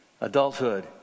adulthood